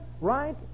right